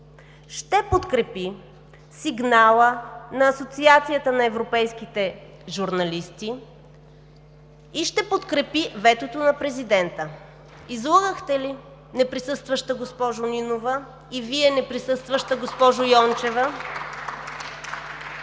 ще подкрепи сигнала на Асоциацията на европейските журналисти и ще подкрепи ветото на президента. Излъгахте ли, неприсъстваща госпожо Нинова, и Вие, неприсъстваща госпожо Йончева?!